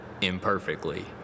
imperfectly